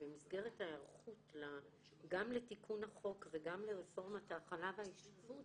שבמסגרת ההיערכות גם לתיקון החוק וגם לרפורמת ההכלה וההשתלבות,